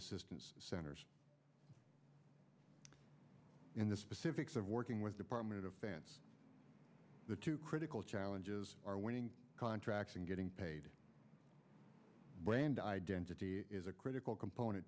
assistance centers in the specifics of working with department of defense the two critical challenges are winning contracts and getting paid brand identity is a critical component